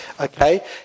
okay